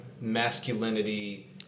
masculinity